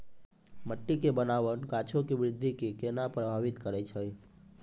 मट्टी के बनावट गाछो के वृद्धि के केना प्रभावित करै छै?